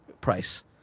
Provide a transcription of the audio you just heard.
price